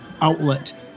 outlet